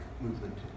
movement